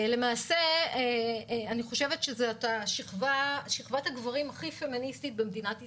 למעשה אני חושבת שזו שכבת הגברים הכי פמיניסטית במדינת ישראל.